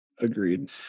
Agreed